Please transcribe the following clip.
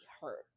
hurt